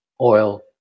oil